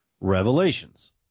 Revelations